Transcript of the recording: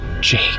Jake